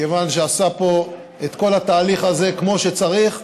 כיוון שעשה פה את כל התהליך הזה כמו שצריך,